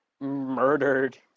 murdered